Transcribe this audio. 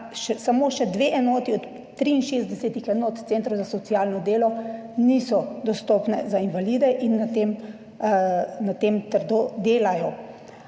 samo še dve enoti od 63 enot centrov za socialno delo nista dostopni za invalide in na tem trdo delajo.